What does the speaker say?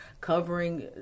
covering